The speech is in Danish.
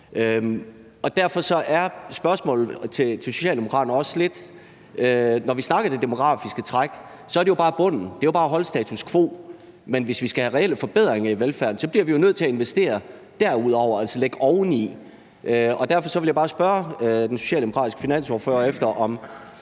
af både børn, ældre og plejekrævende. Når vi taler om det demografiske træk, er det jo bare bunden – det er jo bare at holde status quo – men hvis vi skal have reelle forbedringer i velfærden, bliver vi nødt til at investere derudover, altså at lægge oveni. Derfor vil jeg bare spørge den socialdemokratiske finansordfører, om